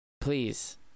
please